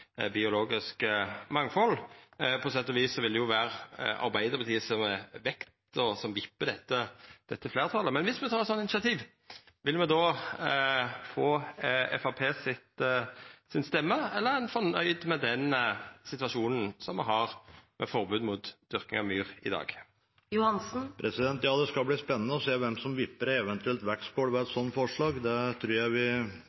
biologisk mangfald – på sett og vis vil jo Arbeidarpartiet vera dei som vippar vekta av dette fleirtalet – vil me då få Framstegspartiets stemme, eller er ein fornøgd med den situasjonen me har i dag, med forbod mot dyrking av myr? Ja, det skal bli spennende å se hvem som vipper en eventuell vektskål ved